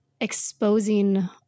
exposing